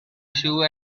issue